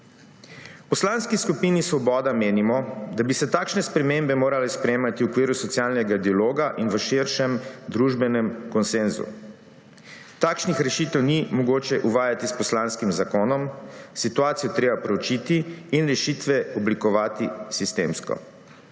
V Poslanski skupini Svoboda menimo, da bi se takšne spremembe morale sprejemati v okviru socialnega dialoga in v širšem družbenem konsenzu. Takšnih rešitev ni mogoče uvajati s poslanskim zakonom, situacijo je treba proučiti in rešitve oblikovati sistemsko.